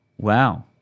wow